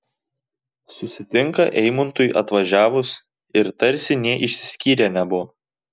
susitinka eimuntui atvažiavus ir tarsi nė išsiskyrę nebuvo